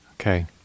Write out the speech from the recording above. Okay